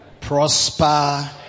prosper